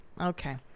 Okay